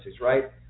right